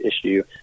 issue